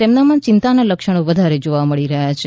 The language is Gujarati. તેમનામાં ચિંતાના લક્ષણો વધારે જોવામાં આવી રહ્યા છે